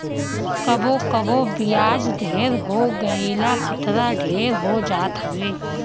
कबो कबो बियाज ढेर हो गईला खतरा ढेर हो जात हवे